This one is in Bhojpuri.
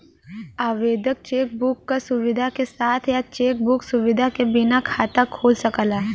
आवेदक चेक बुक क सुविधा के साथ या चेक बुक सुविधा के बिना खाता खोल सकला